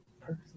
person